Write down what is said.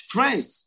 Friends